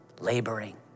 laboring